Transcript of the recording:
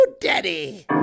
Daddy